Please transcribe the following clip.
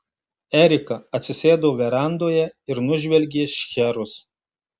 erika atsisėdo verandoje ir nužvelgė šcherus